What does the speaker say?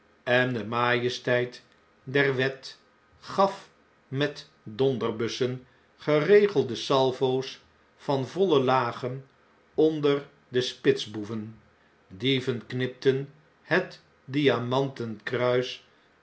en de majesteit der wet gaf met donderbussen geregelde salvo's van voile lagen onder de spitsboeven dieven knipten het diamanten